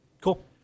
Cool